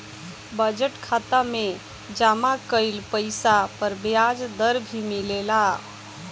budget खाता में जमा कइल पइसा पर ब्याज दर भी मिलेला